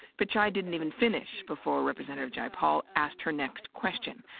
but yeah i didn't even finish before representative jay paul asked her next question,